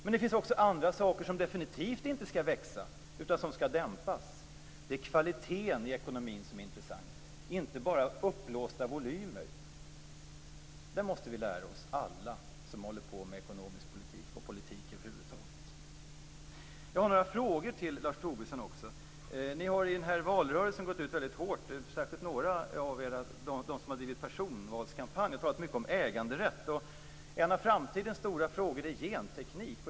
Men det finns också andra saker som definitivt inte skall växa utan som skall dämpas. Det är kvaliteten i ekonomin som är intressant, inte bara uppblåsta volymer. Det måste alla vi som håller på med ekonomisk politik och politik över huvud taget lära oss. Jag har några frågor till Lars Tobisson också. I den här valrörelsen har ni gått ut väldigt hårt, särskilt de som drivit personvalskampanjer, och talat mycket om äganderätt. En av framtidens stora frågor är genteknik.